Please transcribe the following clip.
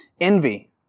Envy